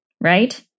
right